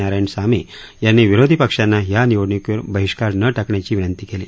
नारायणसामी यांनी विरोधी पक्षांना ह्या निवडणुकीवर बहिष्कार न टाकण्याची विनंती केली